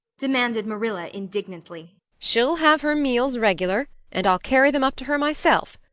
demanded marilla indignantly. she'll have her meals regular, and i'll carry them up to her myself.